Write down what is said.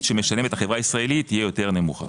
שמשלמת החברה הישראלית תהיה יותר נמוכה.